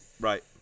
Right